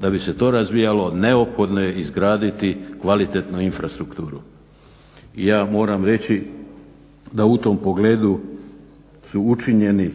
da bi se to razvijalo neophodno je izgraditi kvalitetnu infrastrukturu. I ja moram reći da u tom pogledu su učinjeni